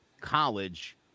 College